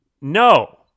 no